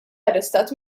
arrestat